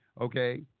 Okay